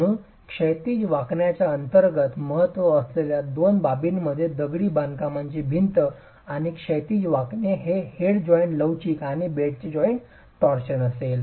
म्हणून क्षैतिज वाकण्याच्या अंतर्गत महत्त्व असलेल्या दोन बाबींमध्ये दगडी बांधकामाची भिंत आणि क्षैतिज वाकणे हे हेड जॉइंट लवचिक आणि बेडचे जॉइंट टॉरशन असेल